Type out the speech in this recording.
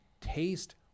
taste